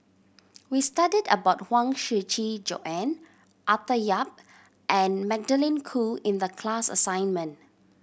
we studied about Huang Shiqi Joan Arthur Yap and Magdalene Khoo in the class assignment